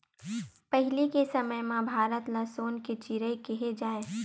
पहिली के समे म भारत ल सोन के चिरई केहे जाए